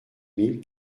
mille